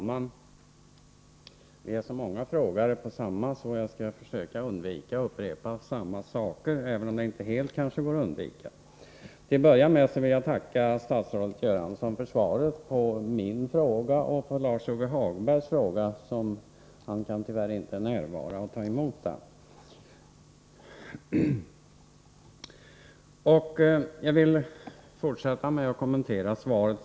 Herr talman! Vi är många som har ställt samma fråga. Jag skall därför försöka undvika att säga samma sak som de andra frågeställarna, även om det kanske inte helt går att undvika. Till att börja med vill jag tacka statsrådet Göransson för svaret på min fråga och Lars-Ove Hagbergs fråga. Lars-Ove Hagberg kan tyvärr inte själv ta emot svaret.